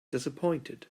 disappointed